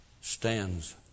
stands